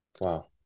wow